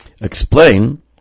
explain